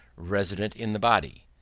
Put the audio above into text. resident in the body?